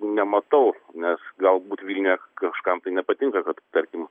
nematau nes galbūt vilniuje kažkam tai nepatinka kad tarkim